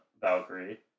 Valkyrie